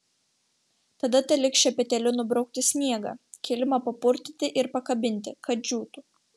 tada teliks šepetėliu nubraukti sniegą kilimą papurtyti ir pakabinti kad džiūtų